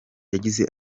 yagize